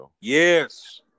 Yes